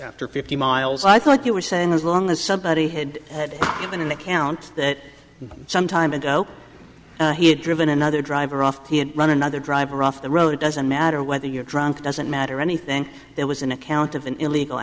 after fifty miles i thought you were saying as long as somebody had given an account that some time ago he had driven another driver off the run another driver off the road it doesn't matter whether you're drunk doesn't matter anything it was an account of an illegal